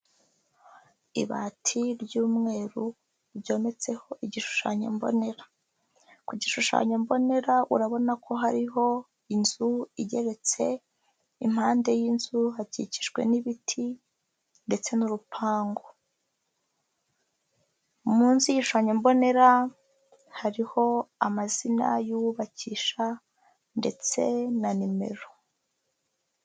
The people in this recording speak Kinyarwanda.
Ibati ry'umweru ibyometseho igishushanyo mbonera, ku gishushanyo mbonera urabona ko hariho inzu igeretse impande y'inzu hakikijwe n'ibiti, ndetse n'urupangu, munsi y'igishushanyo mbonera hariho amazina y'uwubakisha ndetse na nimero.